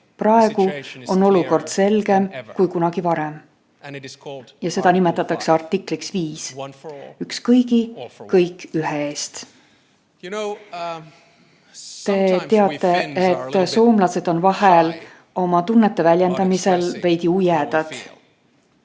Praegu on olukord selgem kui kunagi varem. Seda nimetatakse artikliks 5: üks kõigi, kõik ühe eest. Te teate, et soomlased on vahel oma tunnete väljendamisel veidi ujedad.